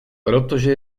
protože